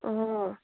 অঁ